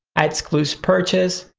i exclude purchase,